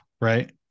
right